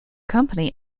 company